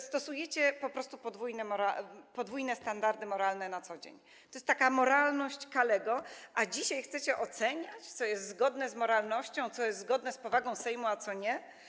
Stosujecie po prostu podwójne standardy moralne na co dzień - to jest taka moralność Kalego - a dzisiaj chcecie oceniać, co jest zgodne z moralnością, co jest zgodne z powagą Sejmu, a co nie?